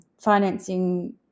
financing